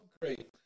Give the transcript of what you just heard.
great